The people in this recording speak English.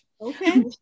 Okay